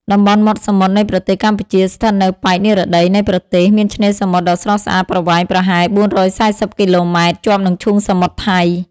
តំបន់មាត់សមុទ្រនៃប្រទេសកម្ពុជា ស្ថិតនៅប៉ែក និរតី នៃប្រទេស មានឆ្នេរសមុទ្រដ៏ស្រស់ស្អាតប្រវែងប្រហែល ៤៤០ គីឡូម៉ែត្រ ជាប់នឹងឈូងសមុទ្រថៃ។